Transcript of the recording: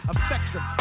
Effective